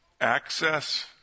access